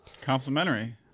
Complimentary